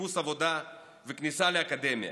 חיפוש עבודה וכניסה לאקדמיה.